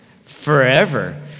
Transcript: forever